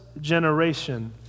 generation